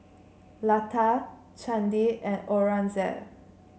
Lata Chandi and Aurangzeb